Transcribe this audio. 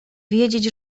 wiedzieć